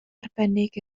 arbennig